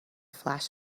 flash